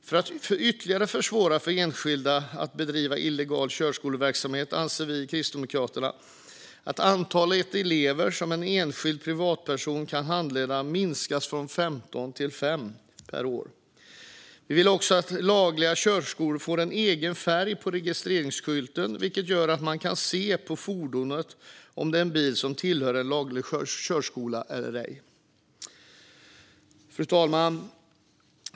För att ytterligare försvåra för enskilda att bedriva illegal körskoleverksamhet anser vi i Kristdemokraterna att antalet elever som en enskild privatperson kan handleda ska minskas från 15 till 5 per år. Vi vill också att lagliga körskolor ska få en egen färg på registreringsskylten, vilket gör att man kan se på fordonet om det är en bil som tillhör en laglig körskola eller ej. Fru talman!